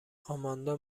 آماندا